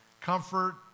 comfort